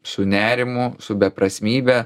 su nerimu su beprasmybe